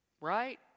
Right